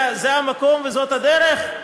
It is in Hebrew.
זה המקום וזאת הדרך?